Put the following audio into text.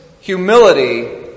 humility